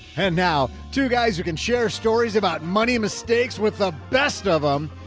and now two guys are, can share stories about money, mistakes with the best of them.